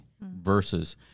versus